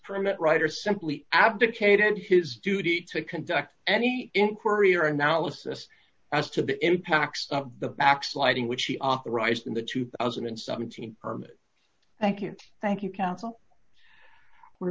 permit writer simply abdicated his duty to conduct any inquiry or analysis as to the impact the backsliding which he authorized in the two thousand and seventeen permit thank you thank you counsel we're